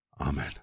Amen